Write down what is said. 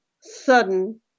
sudden